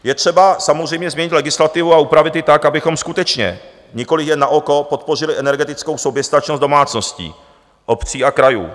Je třeba samozřejmě změnit legislativu a upravit ji tak, abychom skutečně, nikoli jen na oko podpořili energetickou soběstačnost domácností, obcí a krajů.